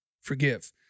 forgive